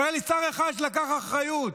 תראה לי שר אחד שלקח אחריות.